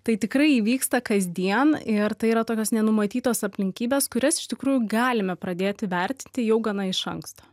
tai tikrai įvyksta kasdien ir tai yra tokios nenumatytos aplinkybės kurias iš tikrųjų galime pradėti vertinti jau gana iš anksto